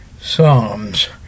Psalms